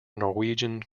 norwegian